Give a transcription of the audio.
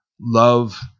love